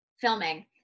filming